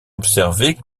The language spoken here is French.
observée